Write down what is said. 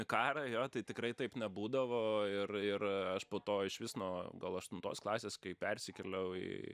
į karą jo tai tikrai taip nebūdavo ir ir aš po to išvis nuo gal aštuntos klasės kai persikėliau į